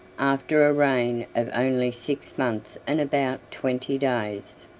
after a reign of only six months and about twenty days.